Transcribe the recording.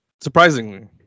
Surprisingly